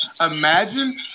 imagine